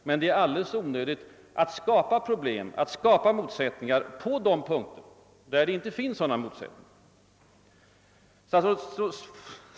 Men det är alldeles onödigt att konstruera problem, att skapa motsättningar på de punkter där det inte finns några sådana.